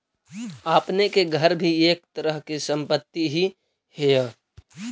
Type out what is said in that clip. आपने के घर भी एक तरह के संपत्ति ही हेअ